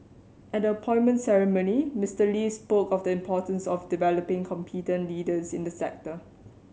at the appointment ceremony Mister Lee spoke of the importance of developing competent leaders in the sector